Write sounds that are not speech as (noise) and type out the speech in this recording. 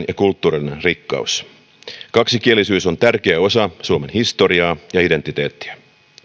(unintelligible) ja kulttuurinen rikkaus kaksikielisyys on tärkeä osa suomen historiaa ja identiteettiä